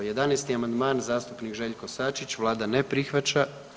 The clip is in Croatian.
11. amandman zastupnik Željko Sačić vlada ne prihvaća.